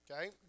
okay